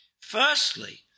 Firstly